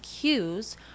cues